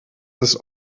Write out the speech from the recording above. ist